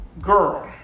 girl